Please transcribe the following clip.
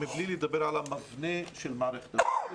מבלי לדבר על המבנה של המערכת.